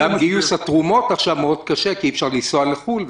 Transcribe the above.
וגם גיוס התרומות עכשיו קשה מאוד כי אי אפשר לנסוע לחו"ל.